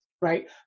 right